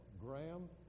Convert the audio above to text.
Graham